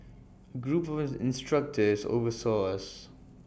A group of instructors oversaw us